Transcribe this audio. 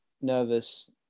nervous